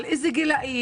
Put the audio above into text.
על אילו גילאים?